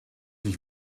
ich